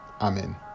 Amen